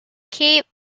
cave